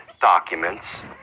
documents